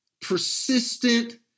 persistent